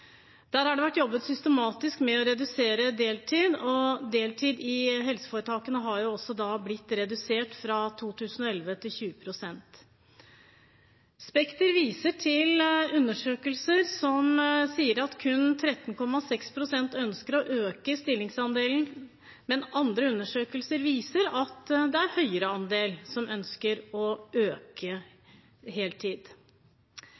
Der har det vært jobbet systematisk med å redusere deltid. Deltid i helseforetakene har fra 2011også blitt redusert til 20 pst. Spekter viser til undersøkelser som sier at kun 13,6 pst. ønsker å øke stillingsandelen, men andre undersøkelser viser at det er en høyere andel som ønsker å